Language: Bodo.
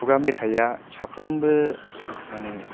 खुगा मेथाइ आ साफ्रोमबो माने